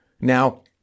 Now